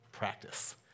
Practice